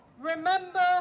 remember